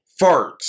farts